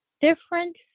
different